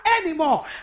anymore